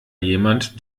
jemand